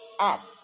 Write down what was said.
up